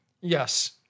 Yes